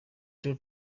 two